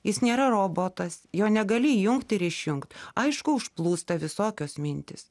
jis nėra robotas jo negali įjungt išjungt aišku užplūsta visokios mintys